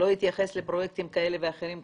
אני אתייחס לפרויקטים כאלה ואחרים קטנים,